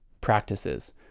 practices